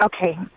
Okay